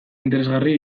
interesgarri